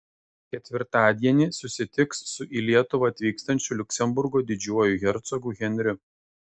ketvirtadienį susitiks su į lietuvą atvykstančiu liuksemburgo didžiuoju hercogu henriu